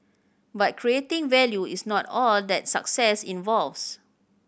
but creating value is not all that success involves